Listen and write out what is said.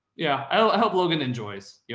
yeah. i hope logan enjoys. yeah